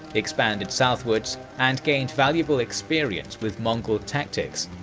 expanded southwards, and gained valuable experience with mongol tactics,